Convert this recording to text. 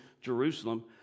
Jerusalem